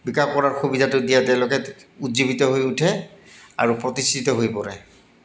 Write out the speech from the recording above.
বিকাশ কৰা সুবিধাটো দিয়া তেওঁলোকে উজ্জীৱিত হৈ উঠে আৰু প্ৰতিষ্ঠিত হৈ পৰে